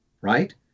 right